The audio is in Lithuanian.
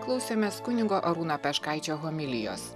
klausėmės kunigo arūno peškaičio homilijos